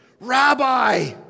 Rabbi